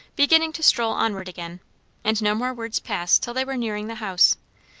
beginning to stroll onward again and no more words passed till they were nearing the house,